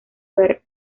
ver